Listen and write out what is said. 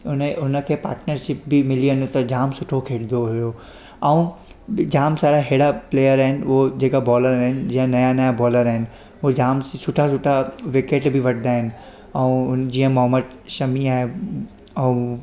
उन ई उनखे पाटनरशिप बि मिली वञे त जाम सुठो खेॾंदो हुओ ऐं जाम सारा अहिड़ा प्लेयर आहिनि उहे जेका बॉलर आहिनि जीअं नया नया बॉलर आहिनि उहे जाम सुठा सुठा विकेट बि वठंदा आहिनि ऐं जीअं मोहम्मद शमी आहे ऐं